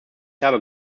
habe